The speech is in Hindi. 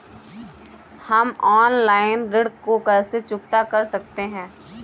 हम ऑनलाइन ऋण को कैसे चुकता कर सकते हैं?